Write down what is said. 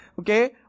okay